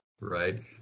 Right